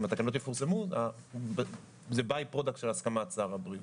התקנות יפורסמו זה תוצר של הסכמת שר הבריאות.